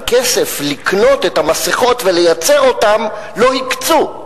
אבל כסף לקנות את המסכות ולייצר אותן לא הקצו.